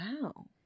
wow